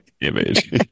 image